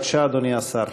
בבקשה, אדוני השר.